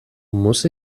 muss